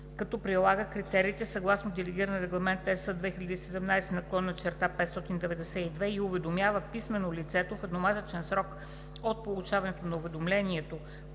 като прилага критериите съгласно Делегиран регламент (ЕС) 2017/592 и уведомява писмено лицето в едномесечен срок от получаването на уведомлението